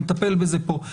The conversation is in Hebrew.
נטפל בזה פה.